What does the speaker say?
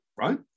right